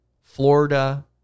Florida